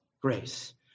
grace